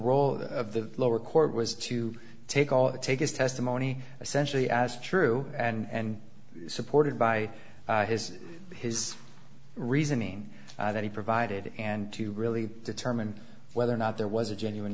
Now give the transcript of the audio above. role of the lower court was to take all take his testimony essentially as true and supported by his his reasoning that he provided and to really determine whether or not there was a genuine